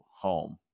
home